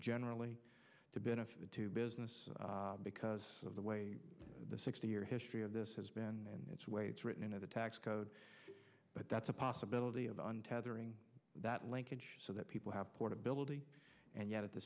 generally to benefit to business because of the way the sixty year history of this has been its way it's written into the tax code but that's a possibility of an tethering that linkage so that people have portability and yet at the